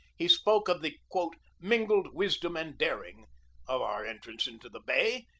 he spoke of the mingled wisdom and daring of our entrance into the bay,